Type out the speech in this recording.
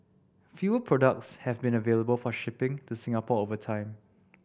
fewer products have been available for shipping to Singapore over time